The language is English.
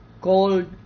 called